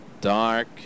dark